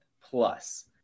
plus